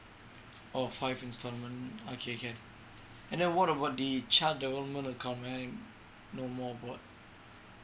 oh five installment okay can and then what about the child development account may I know more about